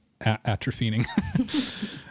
atrophying